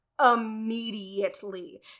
immediately